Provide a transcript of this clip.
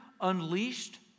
unleashed